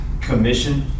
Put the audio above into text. Commission